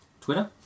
twitter